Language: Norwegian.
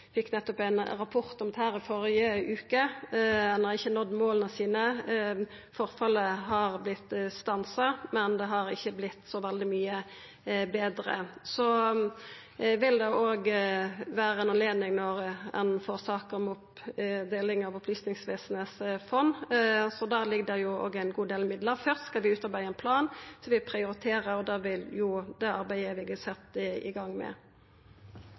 fekk ein rapport om dette førre veke. Ein har ikkje nådd måla sine. Forfallet har vorte stansa, men det har ikkje vorte så veldig mykje betre. Det vil òg vera ei anledning når ein får saka om deling av Opplysningsvesenets fond – der ligg det òg ein god del midlar. Først skal vi utarbeida ein plan, vi prioriterer, og det arbeidet vil vi setja i gang med. Jeg ønsker å utfordre statsråden på regnestykket for familieøkonomien. Det